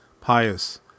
pious